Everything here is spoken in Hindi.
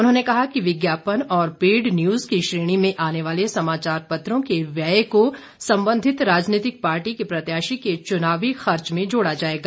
उन्होने कहा कि विज्ञापन और पेड न्यूज की श्रेणी में आने वाले समाचार पत्रों के व्यय को संबधित राजनीतिक पार्टी के प्रत्याशी के चुनावी खर्च में जोड़ा जाएगा